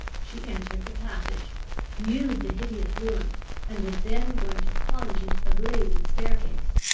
she entered the passage viewed the hideous ruin and was then going to plunge into the blazing staircase.